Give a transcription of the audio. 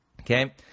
Okay